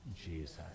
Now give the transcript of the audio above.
Jesus